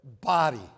body